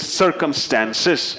circumstances